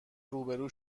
روبرو